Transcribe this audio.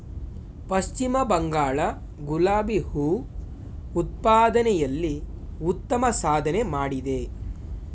ಪಶ್ಚಿಮ ಬಂಗಾಳ ಗುಲಾಬಿ ಹೂ ಉತ್ಪಾದನೆಯಲ್ಲಿ ಉತ್ತಮ ಸಾಧನೆ ಮಾಡಿದೆ